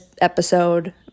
episode